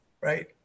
right